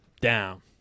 Down